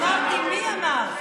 אמרתי: מי אמר?